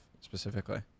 specifically